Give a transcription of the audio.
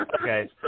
Okay